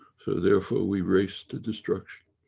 so therefore we reached the destruction.